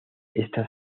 esta